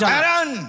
Aaron